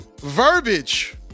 verbiage